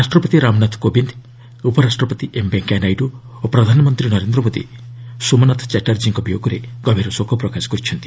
ରାଷ୍ଟ୍ରପତି ରାମନାଥ କୋବିନ୍ଦ୍ ଉପରାଷ୍ଟ୍ରପତି ଏମ୍ ଭେଙ୍କିୟା ନାଇଡୁ ଓ ପ୍ରଧାନମନ୍ତ୍ରୀ ନରେନ୍ଦ୍ର ମୋଦି ସୋମାନାଥ ଚାଟ୍ଟାର୍ଜୀଙ୍କ ବିୟୋଗରେ ଗଭୀର ଶୋକ ପ୍ରକାଶ କରିଛନ୍ତି